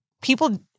people